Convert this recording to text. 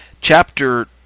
Chapter